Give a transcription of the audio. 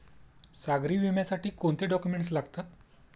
सागरी विम्यासाठी कोणते डॉक्युमेंट्स लागतात?